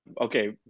Okay